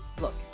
look